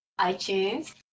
iTunes